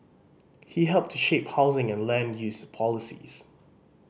he helped to shape housing and land use policies